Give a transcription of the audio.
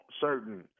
certain